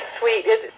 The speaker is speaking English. sweet